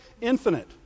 infinite